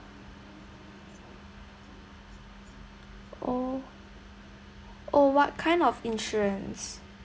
oh oh what kind of insurance